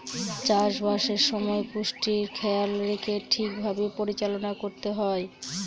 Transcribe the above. চাষবাসের সময় পুষ্টির খেয়াল রেখে ঠিক ভাবে পরিচালনা করতে হয়